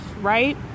right